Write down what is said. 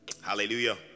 Hallelujah